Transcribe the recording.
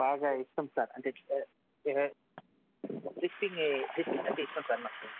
బాగా ఇష్టం సార్ అంటే ఇలా ట్రిప్పింగ్ ట్రిప్పింగ్ అంటే ఇష్టం సార్ నాకు